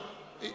לא,